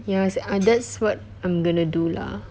yes and that's what I'm going to do lah